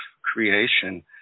creation